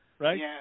Right